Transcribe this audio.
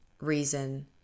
reason